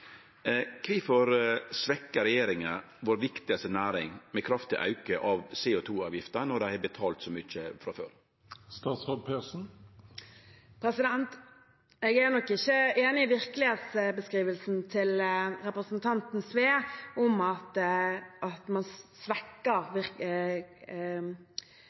Kvifor svekkjer regjeringa vår viktigaste næring med ein kraftig auke av CO 2 -avgifta når dei har betalt så mykje frå før? Jeg er nok ikke enig i virkelighetsbeskrivelsen til representanten Sve om at